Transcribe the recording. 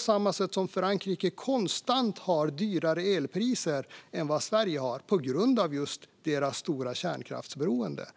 Frankrike har ju konstant dyrare elpriser än Sverige, just på grund av deras stora kärnkraftsberoende,